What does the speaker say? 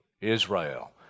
Israel